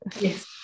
yes